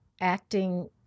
acting